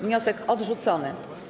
Wniosek odrzucony.